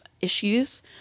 issues